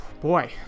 Boy